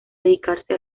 dedicarse